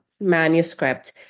manuscript